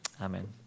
Amen